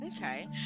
Okay